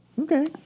Okay